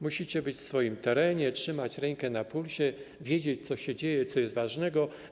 Musicie być w swoim terenie, trzymać rękę na pulsie, wiedzieć, co się dzieje, co jest ważne.